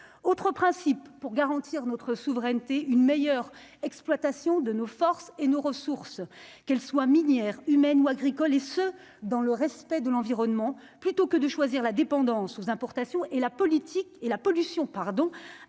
autre principe pour garantir notre souveraineté, une meilleure exploitation de nos forces et nos ressources, qu'elles soient minières humaine ou agricoles et ce dans le respect de l'environnement, plutôt que de choisir la dépendance aux importations et la politique